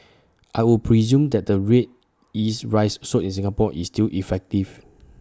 I would presume that the Red Yeast Rice sold in Singapore is still effective